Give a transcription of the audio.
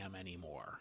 anymore